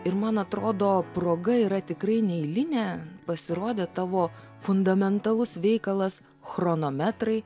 ir man atrodo proga yra tikrai neeilinė pasirodė tavo fundamentalus veikalas chronometrai